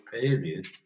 period